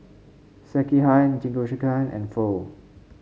Sekihan Jingisukan and Pho